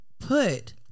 put